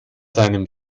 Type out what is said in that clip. seinem